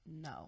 No